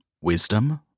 wisdom